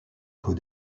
qu’aux